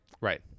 Right